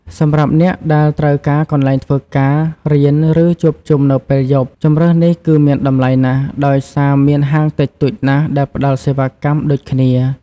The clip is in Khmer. សម្រាប់អ្នកដែលត្រូវការកន្លែងធ្វើការ រៀន ឬជួបជុំនៅពេលយប់ ជម្រើសនេះគឺមានតម្លៃណាស់ ដោយសារមានហាងតិចតួចណាស់ដែលផ្តល់សេវាកម្មដូចគ្នា។